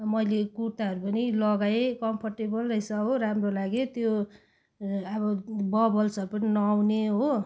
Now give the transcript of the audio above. मैले कुर्ताहरू पनि लगाएँ कम्फोर्टेबल रहेछ हो राम्रो लाग्यो त्यो अब बबल्सहरू पनि नआउने हो